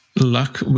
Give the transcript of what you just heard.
luck